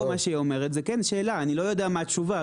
מה שהיא אומרת זאת שאלה, ואני לא יודע מה התשובה.